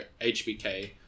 HBK